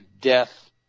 death